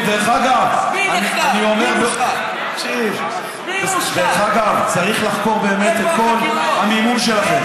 דרך אגב, באמת צריך לחקור את כל המימון שלכם.